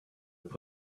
have